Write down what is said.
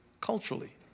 culturally